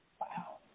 Wow